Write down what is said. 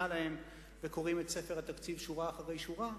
להם וקוראים את ספר התקציב שורה אחרי שורה,